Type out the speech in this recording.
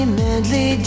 madly